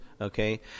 Okay